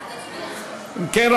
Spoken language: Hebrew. אם כן,